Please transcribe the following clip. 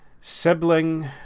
sibling